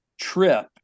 trip